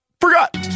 forgot